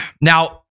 Now